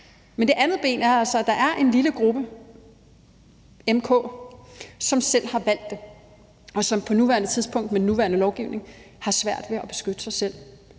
Men det andet ben er så, at der er en lille gruppe m/k, som selv har valgt det, og som på nuværende tidspunkt med den nuværende lovgivning har svært ved at beskytte sig selv,